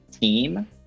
team